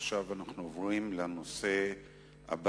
עכשיו אנחנו עוברים לנושא הבא: